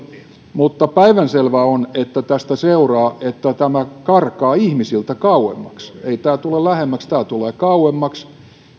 mutta päivänselvää on että tästä seuraa että tämä karkaa ihmisiltä kauemmaksi ei tämä tule lähemmäksi tämä tulee kauemmaksi